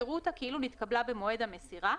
יראו אותה כאילו נתקבלה במועד המסירה,